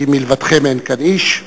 כי מלבדכם אין כאן איש.